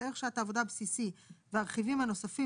וערך שעת העבודה הבסיסי והרכיבים הנוספים